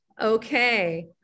Okay